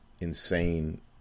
insane